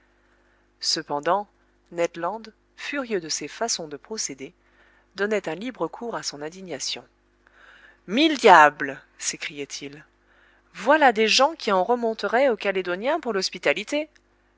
cependant ned land furieux de ces façons de procéder donnait un libre cours à son indignation mille diables s'écriait-il voilà des gens qui en remonteraient aux calédoniens pour l'hospitalité